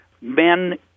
men